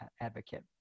advocate